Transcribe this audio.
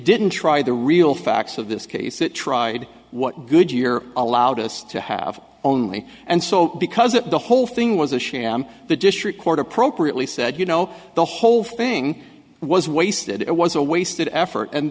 didn't try the real facts of this case it tried what goodyear allowed us to have only and so because it the whole thing was a sham the district court appropriately said you know the whole thing was wasted it was a wasted effort and